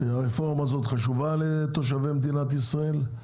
הרפורמה הזאת חשובה לתושבי מדינת ישראל,